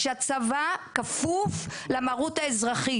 שהצבא כפוף למרות האזרחית.